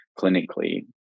clinically